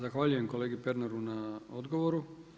Zahvaljujem kolegi Pernaru na odgovoru.